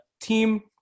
team